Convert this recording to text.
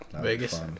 Vegas